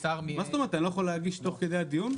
מה זאת אומרת, אני לא יכול להגיש תוך כדי הדיון?